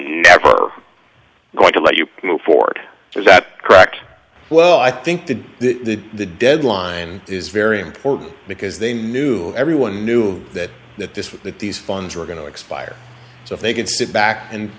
never going to let you move forward is that correct well i think that the deadline is very important because they knew everyone knew that that this that these funds were going to expire so they can sit back